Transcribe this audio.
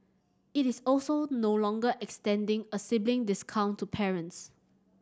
it is also no longer extending a sibling discount to parents